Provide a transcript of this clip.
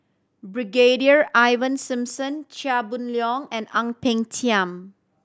Brigadier Ivan Simson Chia Boon Leong and Ang Peng Tiam